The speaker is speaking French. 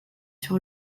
sur